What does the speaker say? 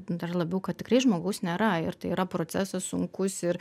dar labiau kad tikrai žmogaus nėra ir tai yra procesas sunkus ir